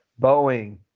Boeing